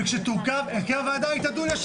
כשתורכב הוועדה, היא תדון.